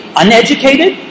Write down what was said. uneducated